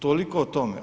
Toliko o tome.